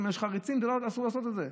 הוא אמר: יש חריצים, אסור לעשות את זה.